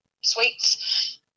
sweets